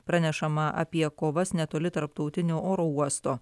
pranešama apie kovas netoli tarptautinio oro uosto